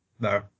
No